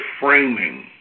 framing